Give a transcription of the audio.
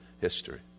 history